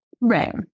Right